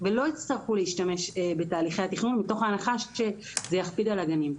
ולא יצטרכו להשתמש בתהליכי התכנון מתוך הנחה שזה יכביד על הגנים.